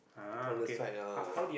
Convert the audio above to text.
on the site ah